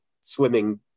swimming